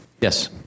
Yes